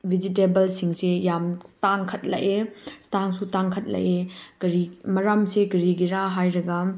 ꯚꯤꯖꯤꯇꯦꯕꯜꯁꯤꯡꯁꯦ ꯌꯥꯝ ꯇꯥꯡꯈꯠꯂꯛꯑꯦ ꯇꯥꯡꯁꯨ ꯇꯥꯡꯈꯠꯂꯛꯑꯦ ꯀꯔꯤ ꯃꯔꯝꯁꯦ ꯀꯔꯤꯒꯤꯔ ꯍꯥꯏꯔꯒ